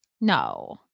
No